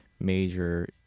major